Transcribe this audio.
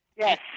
Yes